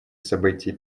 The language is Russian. событий